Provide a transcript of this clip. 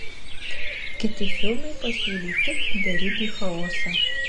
kiti filmai pasiūlė tik beribį chaosą